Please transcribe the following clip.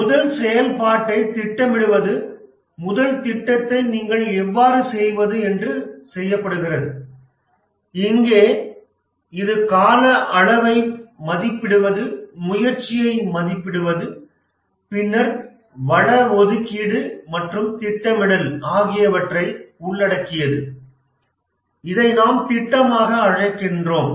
முதல் செயல்பாட்டைத் திட்டமிடுவது முதல் திட்டத்தை நீங்கள் எவ்வாறு செய்வது என்று செய்யப்படுகிறது இங்கே இது கால அளவை மதிப்பிடுவது முயற்சியை மதிப்பிடுவது பின்னர் வள ஒதுக்கீடு மற்றும் திட்டமிடல் ஆகியவற்றை உள்ளடக்கியது இதை நாம் திட்டமாக அழைக்கிறோம்